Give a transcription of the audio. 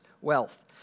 wealth